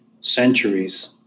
centuries